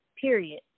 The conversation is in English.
Period